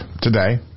today